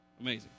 Amazing